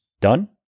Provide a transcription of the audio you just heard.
Done